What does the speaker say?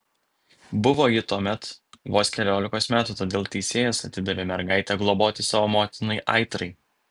buvo ji tuomet vos keliolikos metų todėl tesėjas atidavė mergaitę globoti savo motinai aitrai